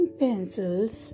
pencils